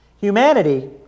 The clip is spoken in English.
Humanity